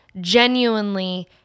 genuinely